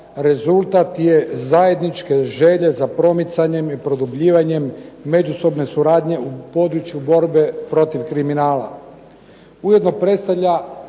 rezultat je zajedničke želje za promicanjem i produbljivanjem međusobne suradnje u području borbe protiv kriminala. Ujedno predstavlja